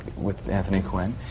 with anthony quinn.